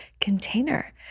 container